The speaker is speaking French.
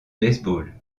baseball